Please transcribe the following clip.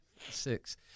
six